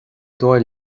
dóigh